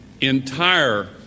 entire